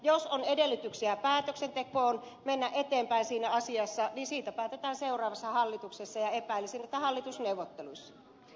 jos on edellytyksiä päätöksentekoon mennä eteenpäin siinä asiassa niin siitä päätetään seuraavassa hallituksessa ja epäilisin että hallitusneuvotteluissa